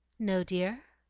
no, dear.